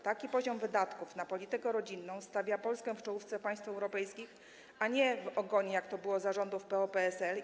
Taki poziom wydatków na politykę rodzinną stawia Polskę w czołówce państw europejskich, a nie na ich końcu, jak to było za rządów PO-PSL.